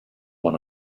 one